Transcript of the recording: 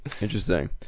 Interesting